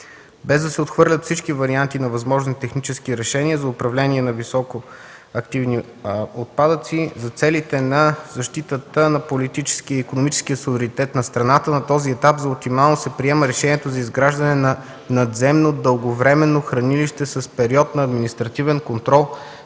Без да се отхвърлят всички варианти на възможни технически решения за управление на високоактивни отпадъци за целите на защитата на политическия и икономически суверенитет на страната на този етап за оптимално се приема решението за изграждане на надземно дълговременно хранилище с период на административен контрол